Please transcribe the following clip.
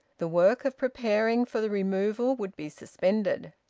the work of preparing for the removal would be suspended.